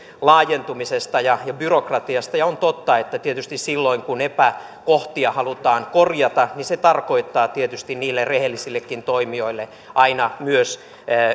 laajentumisesta ja ja byrokratiasta on totta että tietysti silloin kun epäkohtia halutaan korjata se tarkoittaa niille rehellisillekin toimijoille aina myös